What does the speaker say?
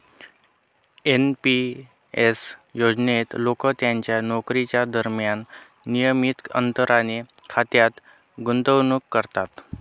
NP S योजनेत लोक त्यांच्या नोकरीच्या दरम्यान नियमित अंतराने खात्यात गुंतवणूक करतात